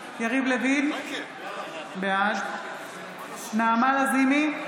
יריב לוין, בעד נעמה לזימי,